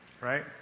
Right